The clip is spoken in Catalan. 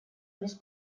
més